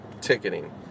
ticketing